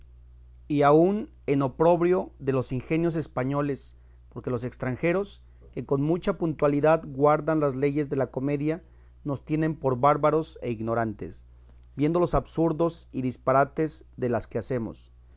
y aun en oprobrio de los ingenios españoles porque los estranjeros que con mucha puntualidad guardan las leyes de la comedia nos tienen por bárbaros e ignorantes viendo los absurdos y disparates de las que hacemos